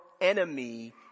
enemy